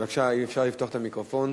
בבקשה, אם אפשר לפתוח את המיקרופון.